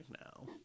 now